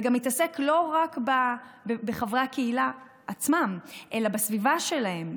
וגם מתעסק לא רק בחברי הקהילה עצמם אלא בסביבה שלהם,